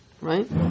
right